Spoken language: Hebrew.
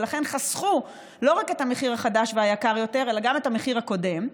ולכן חסכו לא רק את המחיר החדש והיקר יותר אלא גם את המחיר הקודם.